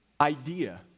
idea